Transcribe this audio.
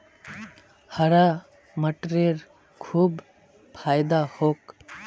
हरा मटरेर खूब फायदा छोक